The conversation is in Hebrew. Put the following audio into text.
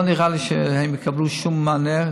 לא נראה לי שהם יקבלו שום מענה,